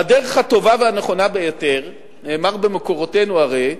והדרך הטובה והנכונה ביותר, נאמר במקורותינו הרי,